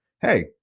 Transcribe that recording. hey